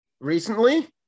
Recently